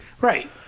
Right